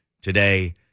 today